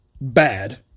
bad